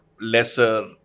lesser